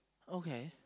okay